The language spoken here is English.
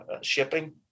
shipping